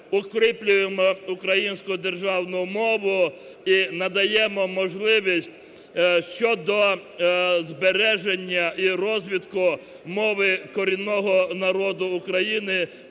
укріплюємо українську державну мову і надаємо можливість щодо збереження і розвитку мови корінного народу України